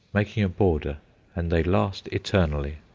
making a border and they last eternally.